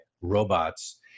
robots